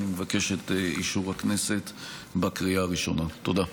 אני מבקש את אישור הכנסת בקריאה הראשונה, תודה.